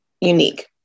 unique